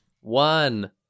One